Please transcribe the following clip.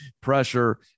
pressure